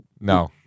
No